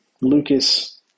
Lucas